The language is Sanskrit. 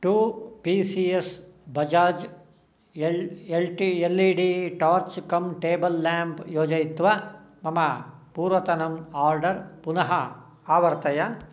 two P C S Bajaj L L T L E D torch कं टेबल् लेम्प् योजयित्वा मम पूर्वतनम् आर्डर् पुनः आवर्तय